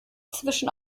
zwischen